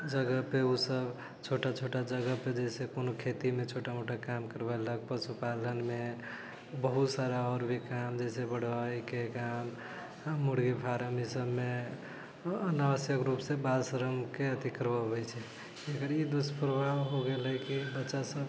जगह पे उसब छोटा छोटा जगह पे जे से कोनो खेती मे छोटा मोटा काम करबेलक आ पशुपालन मे बहुत सारा आओर भी काम जैसे बढ़इ के काम मुर्गी फारम इसब मे अनावश्यक रूप से बाल श्रम के अथी करबबै छै एकर ई दुशप्रभाव हो गेल है की बच्चा सब